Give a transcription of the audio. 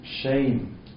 shame